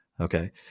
okay